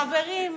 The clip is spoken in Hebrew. חברים,